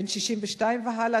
בן 62 והלאה,